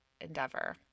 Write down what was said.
endeavor